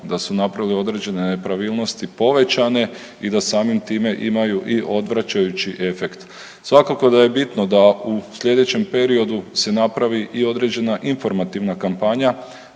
da su napravili određene nepravilnosti povećane i da samim time imaju i odvraćajući efekt. Svakako da je bitno da u sljedećem periodu se napravi i određena informativna kampanja.